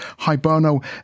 Hiberno